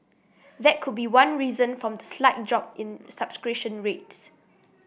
that could be one reason from the slight drop in subscription rates